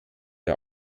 der